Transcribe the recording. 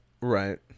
Right